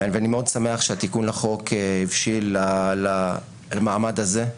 אני שמח מאוד שהתיקון לחוק הבשיל למעמד הזה,